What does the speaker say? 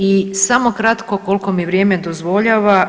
I samo kratko koliko mi vrijeme dozvoljava.